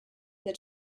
that